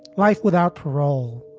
life without parole,